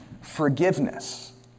forgiveness